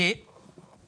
מדוח מבקר המדינה.